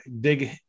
dig